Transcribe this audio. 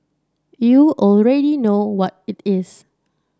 you already know what it is